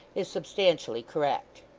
is substantially correct.